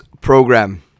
program